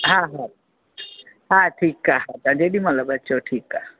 हा हा हा ठीकु आहे तव्हां ॼेॾी महिल बि अचो ठीकु आहे